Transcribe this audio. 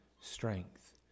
strength